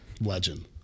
Legend